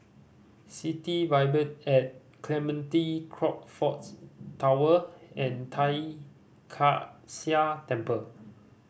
City Vibe at Clementi Crockfords Tower and Tai Kak Seah Temple